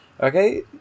okay